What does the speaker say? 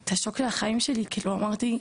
את השוק של החיים שלי כאילו אמרתי,